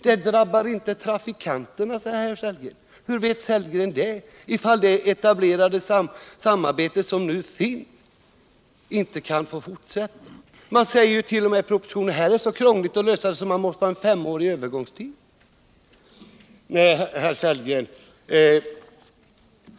Det drabbar inte trafikanterna, säger herr Sellgren. Hur vet herr Sellgren det? Om det etablerade samarbete som nu finns inte kan få fortsätta drabbar det visst trafikanterna — i propositionen sägs t.o.m. att det är så krångligt att lösa detta att man måste ha en femårig övergångstid.